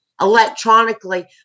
electronically